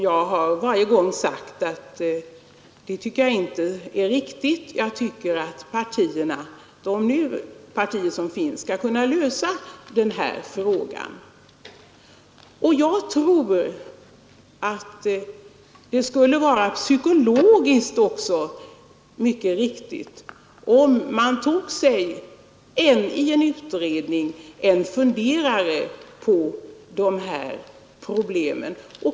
Jag har varje gång svarat att det tycker jag inte är riktigt. Jag tycker att de partier som nu finns skall kunna lösa denna fråga. Jag tror att det också psykologiskt skulle vara riktigt om man i en utredning tog sig en funderare på dessa problem.